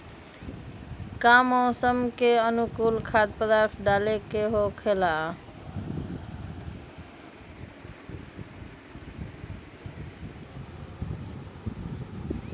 का मौसम के अनुकूल खाद्य पदार्थ डाले के होखेला?